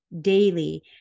daily